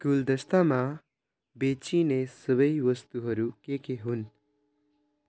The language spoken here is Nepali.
गुलदस्तामा बेचिने सबै वस्तुहरू के के हुन्